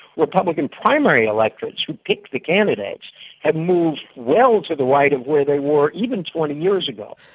republican primary electorates who pick the candidates have moved well to the right of where they were even twenty years ago.